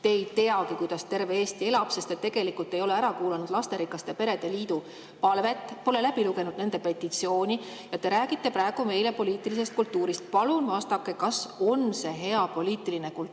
Te ei teagi, kuidas terve Eesti elab, sest te tegelikult ei ole ära kuulanud lasterikaste perede liidu palvet, pole läbi lugenud nende petitsiooni. Ja te räägite praegu meile poliitilisest kultuurist! Palun vastake, kas see on hea poliitiline kultuur,